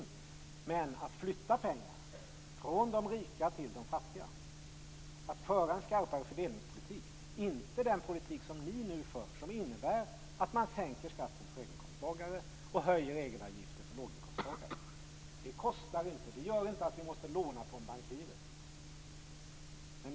Det handlar om att flytta pengar från de rika till de fattiga, att föra en skarpare fördelningspolitik. Den politik ni nu för innebär däremot att man sänker skatten för höginkomsttagare och höjer egenavgiften för låginkomsttagare. Det kostar inte, det gör inte att vi måste låna från bankirer.